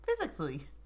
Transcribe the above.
Physically